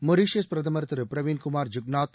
Mauritius பிரதமர் திரு பிரவீன்குமார் ஐ ுக்நாத்